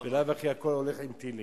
בלאו הכי הכול הולך עם טילים.